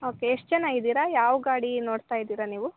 okay ಎಷ್ಟು ಜನ ಇದ್ದೀರ ಯಾವ ಗಾಡಿ ನೋಡ್ತಾ ಇದ್ದೀರ ನೀವು